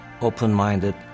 open-minded